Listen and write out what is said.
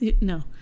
No